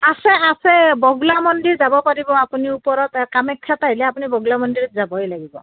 আছে আছে বগলা মন্দিৰ যাব পাৰিব আপুনি ওপৰত কামাখ্যাত আহিলে আপুনি বগলা মন্দিৰত যাবই লাগিব